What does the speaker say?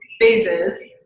phases